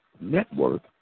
Network